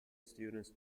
students